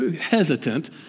hesitant